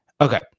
Okay